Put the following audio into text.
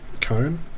cone